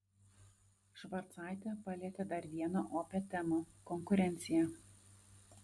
švarcaitė palietė dar vieną opią temą konkurenciją